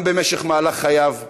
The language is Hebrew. גם במהלך חייו,